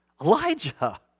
Elijah